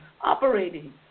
operating